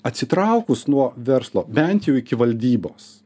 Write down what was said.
atsitraukus nuo verslo bent jau iki valdybos